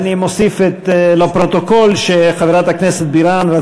לפרוטוקול, אם אפשר